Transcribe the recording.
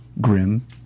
Grim